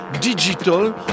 Digital